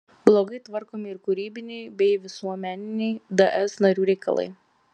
blogai tvarkomi ir kūrybiniai bei visuomeniniai ds narių reikalai